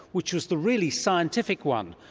which was the really scientific one.